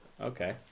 okay